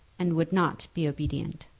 and would not be obedient.